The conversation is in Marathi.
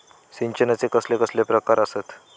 सिंचनाचे कसले कसले प्रकार आसत?